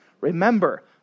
remember